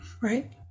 right